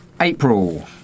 April